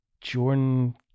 Jordan